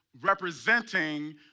representing